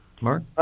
Mark